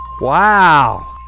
wow